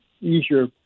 easier